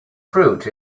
fruit